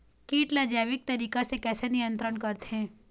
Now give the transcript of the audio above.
कीट ला जैविक तरीका से कैसे नियंत्रण करथे?